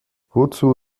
wozu